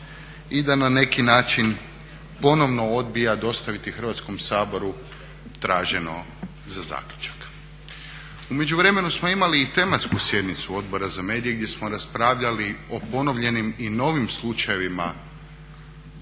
i da na neki način ponovno odbija dostaviti Hrvatskom saboru traženo za zaključak. U međuvremenu smo imali i tematsku sjednicu Odbora za medije gdje smo raspravljali o ponovljenim i novim slučajevima